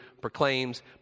proclaims